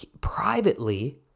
privately